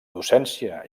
docència